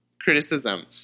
criticism